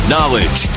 Knowledge